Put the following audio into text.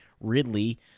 Ridley